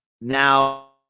now